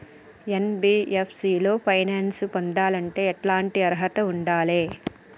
NBFC లో finance పొందాలంటే ఎట్లాంటి అర్హత ఉండాలే?